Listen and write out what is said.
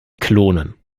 klonen